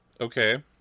Okay